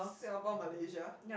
Singapore malaysia